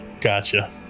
Gotcha